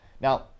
now